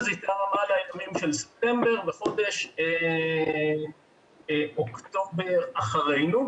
איתם על הימים של ספטמבר בחודש אוקטובר אחרינו.